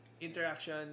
interaction